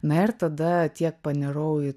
na ir tada tiek panirau į